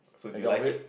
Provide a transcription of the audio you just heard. as your way